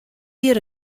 hjir